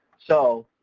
so,